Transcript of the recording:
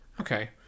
Okay